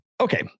Okay